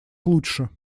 лучше